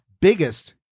biggest